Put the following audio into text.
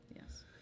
Yes